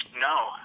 No